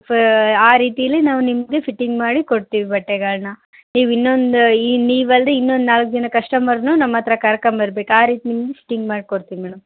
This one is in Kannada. ಫಾ ಆ ರೀತೀಲ್ಲಿ ನಾವು ನಿಮಗೆ ಫಿಟ್ಟಿಂಗ್ ಮಾಡಿಕೊಡ್ತೀವಿ ಬಟ್ಟೆಗಳನ್ನ ನೀವು ಇನ್ನೊಂದು ಈ ನೀವು ಅಲ್ಲದೇ ಇನ್ನೊಂದು ನಾಲ್ಕು ಜನ ಕಸ್ಟಮರನ್ನೂ ನಮ್ಮ ಹತ್ರ ಕರ್ಕೊಂಬರ್ಬೇಕು ಆ ರೀತಿ ನಿಮ್ಗೆ ಫಿಟಿಂಗ್ ಮಾಡಿ ಕೊಡ್ತೀವಿ ಮೇಡಮ್